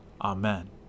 Amen